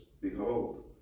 behold